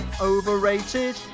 Overrated